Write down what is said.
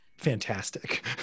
fantastic